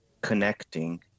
connecting